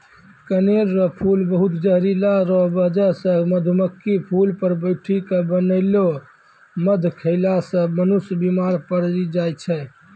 कनेर रो फूल बहुत जहरीला रो बजह से मधुमक्खी फूल पर बैठी के बनैलो मध खेला से मनुष्य बिमार पड़ी जाय छै